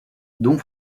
dont